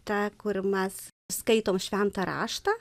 ta kur mes skaitom šventą raštą